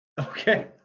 Okay